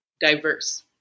diverse